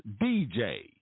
DJ